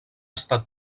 estat